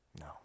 No